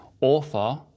author